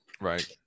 Right